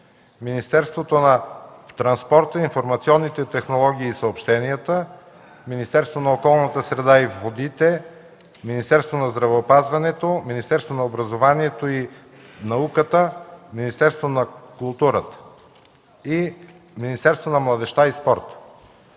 Министерство на транспорта, информационните технологии и съобщенията; - Министерство на околната среда и водите; - Министерство на здравеопазването; - Министерство на образованието и науката; - Министерство на културата; - Министерство на младежта и спорта.